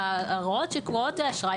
וההוראות שקבועות לאשראי,